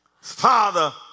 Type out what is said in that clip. father